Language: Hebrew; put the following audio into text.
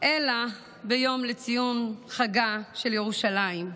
אלא ביום לציון חגה של ירושלים,